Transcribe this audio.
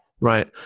Right